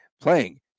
playing